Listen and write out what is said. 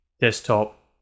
desktop